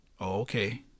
okay